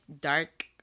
dark